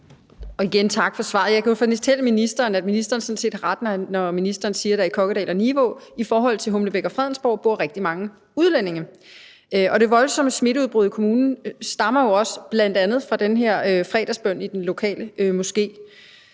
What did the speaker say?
jeg sige tak for svaret. Jeg kan fortælle ministeren, at ministeren sådan set har ret, når han siger, at der i Kokkedal og Nivå i forhold til Humlebæk og Fredensborg bor rigtig mange udlændinge, og det voldsomme smitteudbrud i kommunen stammer jo bl.a. også fra den her fredagsbøn i den lokale moské.